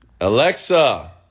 Alexa